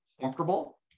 comfortable